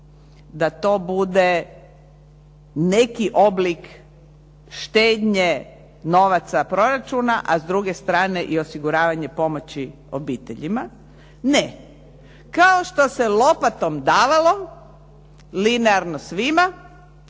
da to bude neki oblik štednje novaca, proračuna a s druge strane i osiguravanje pomoći obiteljima. Ne, kao što se lopatom davalo linearno svima,